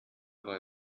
war